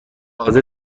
حاضر